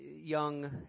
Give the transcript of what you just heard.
young